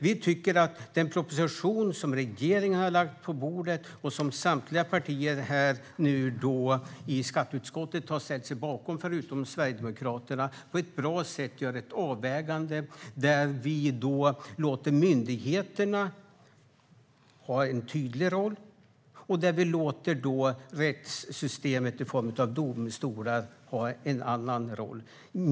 Vi tycker att den proposition som regeringen har lagt på bordet och som samtliga partier, utom Sverigedemokraterna, i skatteutskottet har ställt sig bakom på ett bra sätt gör ett avvägande där vi låter myndigheterna ha en tydlig roll och där vi låter rättssystemet i form av domstolar ha en annan roll.